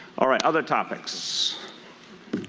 all right, other topics?